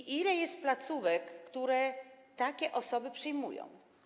I ile jest placówek, które takie osoby przyjmują?